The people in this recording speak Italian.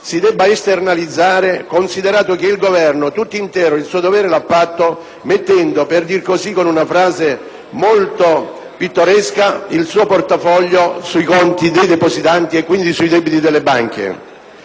riaffiori, considerato che il Governo ha fatto il suo dovere per intero mettendo, per dirlo con una frase molto pittoresca, il suo portafoglio sui conti dei depositanti e quindi sui debiti delle banche.